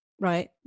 Right